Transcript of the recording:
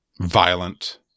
violent